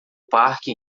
parque